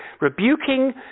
Rebuking